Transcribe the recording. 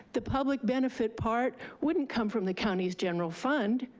the public benefit part wouldn't come from the county's general fund,